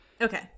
Okay